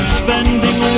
spending